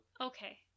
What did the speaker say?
okay